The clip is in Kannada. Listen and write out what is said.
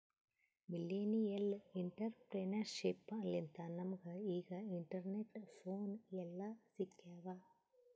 ಮಿಲ್ಲೆನಿಯಲ್ ಇಂಟರಪ್ರೆನರ್ಶಿಪ್ ಲಿಂತೆ ನಮುಗ ಈಗ ಇಂಟರ್ನೆಟ್, ಫೋನ್ ಎಲ್ಲಾ ಸಿಕ್ಯಾವ್